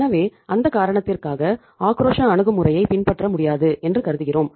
எனவே அந்த காரணத்திற்காக ஆக்ரோஷ அணுகுமுறையைப் பின்பற்ற முடியாது என்று கருதுகிறோம்